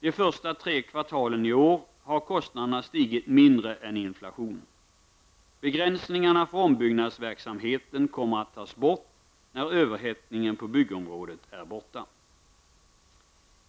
De första tre kvartalen i år har kostnaderna stigit mindre än inflationen. Begränsningarna för ombyggnadsverksamheten kommer att tas bort när överhettningen på byggområdet är borta.